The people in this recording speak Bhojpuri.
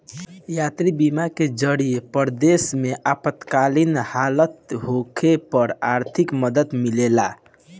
यात्री बीमा के जरिए परदेश में आपातकालीन हालत होखे पर आर्थिक मदद मिलेला